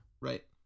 Right